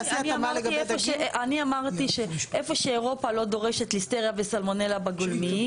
אני אמרתי שאיפה שאירופה לא דורשת ליסטריה וסלמונלה בגולמיים